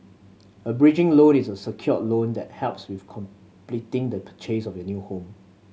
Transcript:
a bridging loan is a secured loan that helps with completing the purchase of your new home